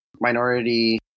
Minority